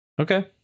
okay